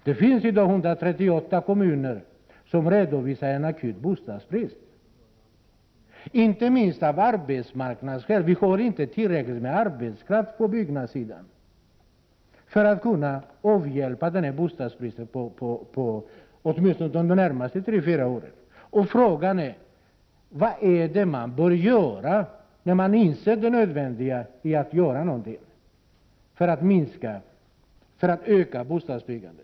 Det finns i dag 138 kommuner som redovisar en akut bostadsbrist, inte minst av arbetsmarknadsskäl; man har inte tillräckligt med arbetskraft på byggnadssidan för att avhjälpa denna bostadsbrist, åtminstone inte under de närmaste tre fyra åren. Frågan är då vad man bör göra när man inser det nödvändiga i att göra något för att öka bostadsbyggandet.